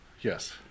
Yes